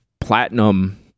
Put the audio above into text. Platinum